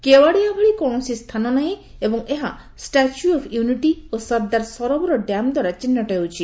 କେଓ୍ୱାଡିଆ ଭଳି କୌଣସି ସ୍ଥାନ ନାହିଁ ଏବଂ ଏହା ଷ୍ଟାଚ୍ୟୁ ଅଫ୍ ୟୁନିଟି ଓ ସର୍ଦ୍ଦାର ସରୋବର ଡ୍ୟାମ୍ ଦ୍ୱାରା ଚିହ୍ନଟ ହେଉଛି